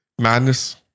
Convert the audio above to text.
madness